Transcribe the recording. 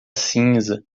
cinza